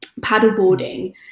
paddleboarding